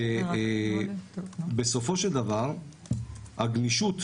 הוא שבסופו של דבר הגמישות,